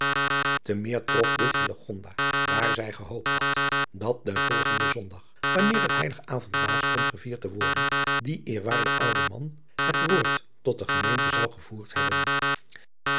te meer trof dit hillegonda daar zij gehoopt had dat den volgenden zondag wanneer het heilig avondmaal stond gevierd te worden die eerwaarde oude man het w oord tot de gemeente zou gevoerd hebben